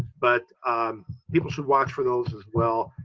but people should watch for those as well.